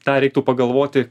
tą reiktų pagalvoti